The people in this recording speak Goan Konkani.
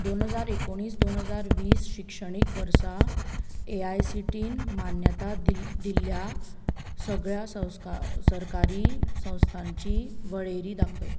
दोन हजार एकुणीस दोन हजार वीस शिक्षणीक वर्सा एआयसीटीईन मान्यताय दिल्ल्या सगळ्या सरकारी संस्थांची वळेरी दाखय